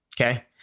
Okay